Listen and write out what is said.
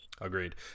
Agreed